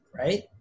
right